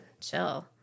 chill